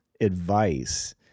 advice